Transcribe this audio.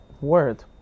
word